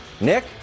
Nick